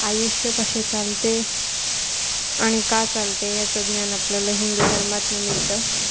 आयुष्य कसे चालते आणि का चालते याचं ज्ञान आपल्याला हिंदू धर्मातून मिळतं